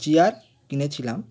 chair কিনেছিলাম